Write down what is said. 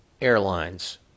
airlines